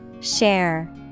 Share